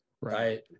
right